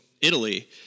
Italy